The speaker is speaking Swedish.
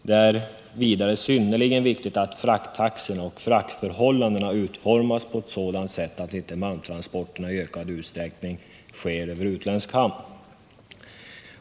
Det är vidare synnerligen viktigt att frakttaxorna och fraktförhållandena utformas på ett sådant sätt, att inte malmtransporterna i ökad utsträckning sker över utländsk hamn.